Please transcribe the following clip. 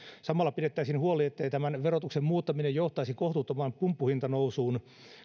samalla pidettäisiin huoli ettei tämän verotuksen muuttaminen johtaisi kohtuuttomaan pumppuhintanousuun